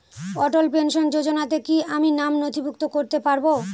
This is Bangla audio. অটল পেনশন যোজনাতে কি আমি নাম নথিভুক্ত করতে পারবো?